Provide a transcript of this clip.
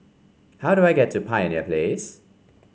how do I get to Pioneer Place